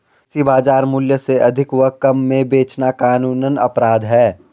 कृषि बाजार मूल्य से अधिक व कम में बेचना कानूनन अपराध है